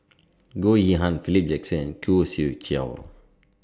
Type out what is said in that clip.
Goh Yihan Philip Jackson and Khoo Swee Chiow